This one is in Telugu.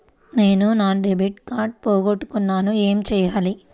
నేను నా డెబిట్ కార్డ్ పోగొట్టుకున్నాను ఏమి చేయాలి?